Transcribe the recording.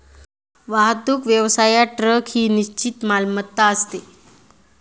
वाहतूक व्यवसायात ट्रक ही निश्चित मालमत्ता असते